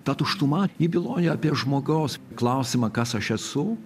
ta tuštuma ji byloja apie žmogaus klausimą kas aš esu